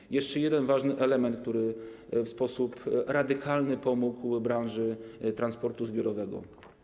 Jest jeszcze jeden ważny element, który w sposób radykalny pomógł branży transportu zbiorowego.